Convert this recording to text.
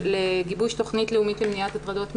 לגיבוש תכנית לאומית למניעת הטרדות מיניות.